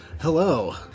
Hello